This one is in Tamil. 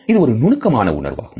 இது ஒரு நுணுக்கமான உணர்வாகும்